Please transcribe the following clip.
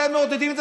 אתם מעודדים.